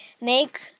make